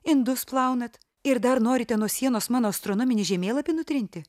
indus plaunat ir dar norite nuo sienos mano astronominį žemėlapį nutrinti